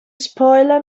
spoiler